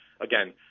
again